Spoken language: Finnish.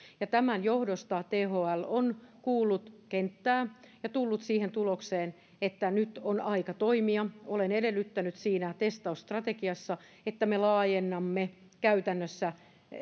ja tämän johdosta thl on kuullut kenttää ja tullut siihen tulokseen että nyt on aika toimia olen edellyttänyt siinä testaustrategiassa että me laajennamme käytännössä